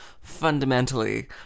fundamentally